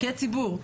כציבור,